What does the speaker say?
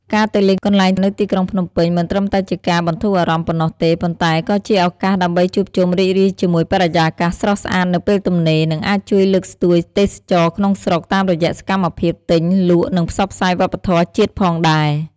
ការទៅលេងកន្លែងនៅទីក្រុងភ្នំពេញ មិនត្រឹមតែជាការបន្ធូរអារម្មណ៍ប៉ុណ្ណោះទេ ប៉ុន្តែក៏ជាឱកាសដើម្បីជួបជុំ រីករាយជាមួយបរិយាកាសស្រស់ស្អាតនៅពេលទំនេរ និងអាចជួយលើកស្ទួយទេសចរណ៍ក្នុងស្រុក តាមរយៈសម្មភាពទិញ លក់និងផ្សព្វផ្សាយវប្បធម៌ជាតិផងដែរ។